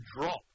drop